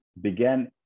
began